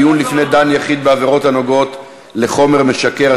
(דיון לפני דן יחיד בעבירות הנוגעות לחומר משכר),